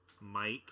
Mike